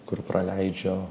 kur praleidžiu